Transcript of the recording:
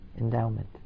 endowment